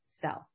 self